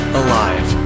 alive